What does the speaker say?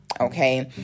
Okay